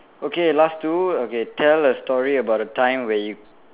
okay last two okay tell a story about a time where you